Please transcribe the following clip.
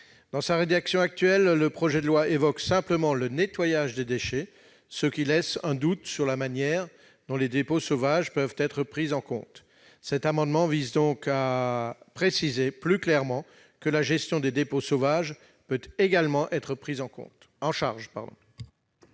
Dans sa rédaction actuelle, le projet de loi évoque simplement le nettoyage des déchets, ce qui laisse planer un doute sur la manière dont les dépôts sauvages peuvent être pris en compte. Cet amendement vise donc à préciser plus clairement que la gestion des dépôts sauvages peut également être prise en charge.